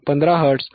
15 hertz 159